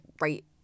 right